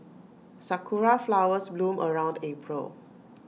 Sakura Flowers bloom around April